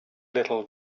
little